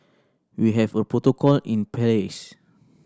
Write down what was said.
we have a protocol in place